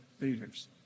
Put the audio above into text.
leaders